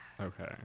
okay